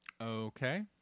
Okay